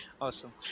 Awesome